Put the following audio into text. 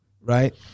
right